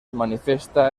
manifesta